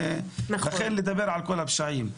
ולכן לדבר על כל הפשעים.